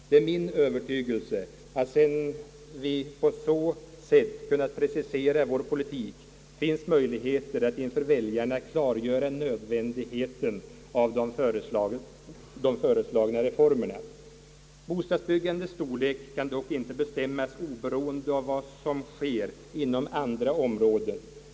Det är min övertygelse att det, sedan vi på så sätt kunnat precisera vår politik, finns möjligheter att inför väljarna klargöra nödvändigheten av de föreslagna reformerna. Bostadsbyggandets storlek kan dock inte bestämmas oberoende av vad som sker inom andra områden.